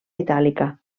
itàlica